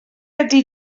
ydy